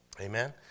Amen